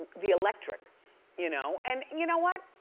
the electric you know? and you know what,